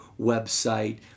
website